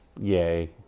Yay